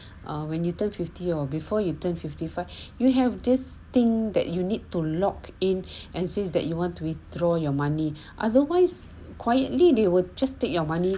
when you turn fifty or before you turn fifty five you have this thing that you need to log in and says that you want to withdraw your money otherwise quietly they were just take your money